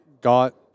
got